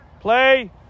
Play